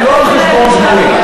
לא על חשבון זמני.